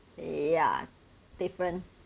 ya different